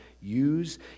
use